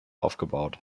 aufgebaut